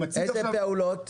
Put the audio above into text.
איזה פעולות?